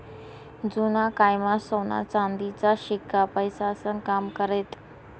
जुना कायमा सोना चांदीचा शिक्का पैसास्नं काम करेत